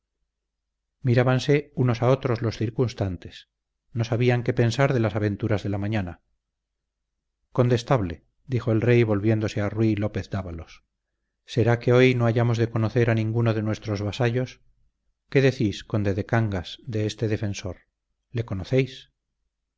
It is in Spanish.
mirábanse unos a otros los circunstantes no sabían qué pensar de las aventuras de la mañana condestable dijo el rey volviéndose a rui lópez dávalos será que hoy no hayamos de conocer a ninguno de nuestros vasallos qué decís conde de cangas de este defensor le conocéis